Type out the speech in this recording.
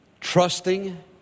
trusting